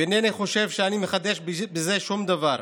ואינני חושב שאני מחדש בזה שום דבר.